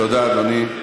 תודה, אדוני.